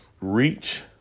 Reach